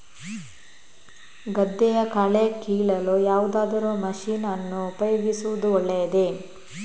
ಗದ್ದೆಯ ಕಳೆ ಕೀಳಲು ಯಾವುದಾದರೂ ಮಷೀನ್ ಅನ್ನು ಉಪಯೋಗಿಸುವುದು ಒಳ್ಳೆಯದೇ?